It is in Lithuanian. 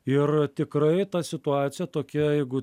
ir tikrai ta situacija tokia jeigu